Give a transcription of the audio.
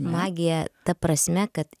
magija ta prasme kad